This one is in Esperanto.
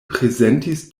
prezentis